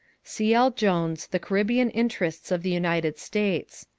c l. jones, the caribbean interests of the united states.